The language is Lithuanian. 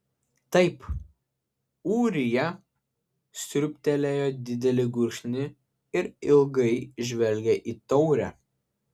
taip ūrija sriūbtelėjo didelį gurkšnį ir ilgai žvelgė į taurę